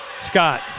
Scott